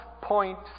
point